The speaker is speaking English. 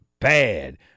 bad